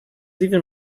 even